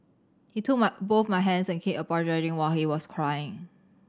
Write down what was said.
he took my both my hands and kept apologising while he was crying